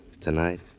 tonight